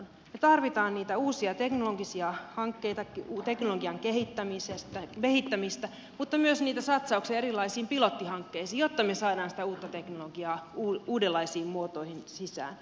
me tarvitsemme niitä uusia teknologisia hankkeita teknologian kehittämistä mutta myös niitä satsauksia erilaisiin pilottihankkeisiin jotta me saamme sitä uutta teknologiaa uudenlaisiin muotoihin sisään